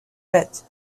bet